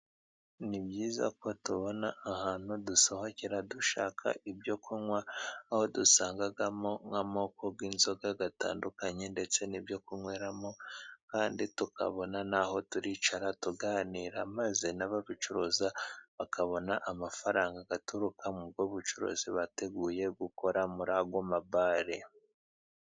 Ni byiza ko tubona ahantu dusohokera dushaka ibyo kunywa, aho dusangamo nk'amoko y'inzoga atandukanye, ndetse n'ibyo kunyweramo, kandi tukabona naho twicara tuganira, maze n'ababicuruza bakabona amafaranga aturuka mu bucuruzi bateguye gukora muri ayo ma bare.